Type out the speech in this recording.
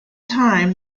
time